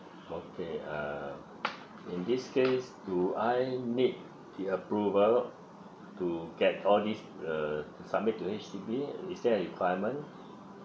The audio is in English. okay uh in this case do I need the approval to get all these uh submit to H_D_B is there a requirement